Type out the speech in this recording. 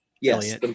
Yes